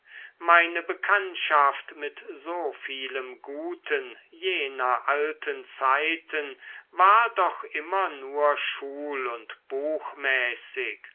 meine bekanntschaft mit so vielem guten jener alten zeiten war doch immer nur schul und